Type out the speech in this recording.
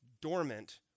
dormant